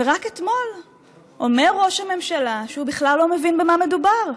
ורק אתמול אומר ראש הממשלה שהוא בכלל לא מבין במה מדובר,